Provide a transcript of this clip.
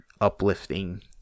uplifting